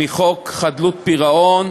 מחוק חדלות פירעון.